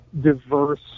diverse